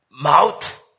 mouth